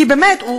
כי באמת,